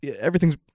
everything's